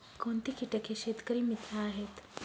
कोणती किटके शेतकरी मित्र आहेत?